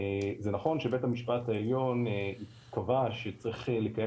זה נכון שבית המשפט העליון קבע שצריך לקיים